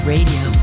Radio